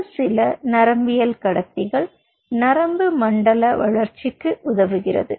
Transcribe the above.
இந்த சில நரம்பியக்கடத்திகள் நரம்பு மண்டலவளர்ச்சிக்கு உதவுகிறது